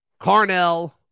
Carnell